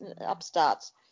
upstarts